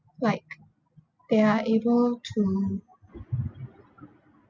like they are able to